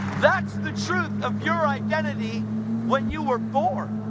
that's the truth of your identity when you were born.